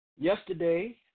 yesterday